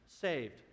saved